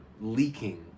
leaking